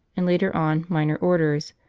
and later on minor orders,